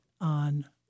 on